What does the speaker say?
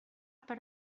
per